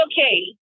okay